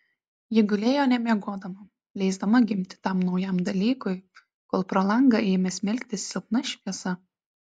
ji gulėjo nemiegodama leisdama gimti tam naujam dalykui kol pro langą ėmė smelktis silpna šviesa